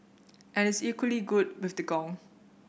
and is equally good with the gong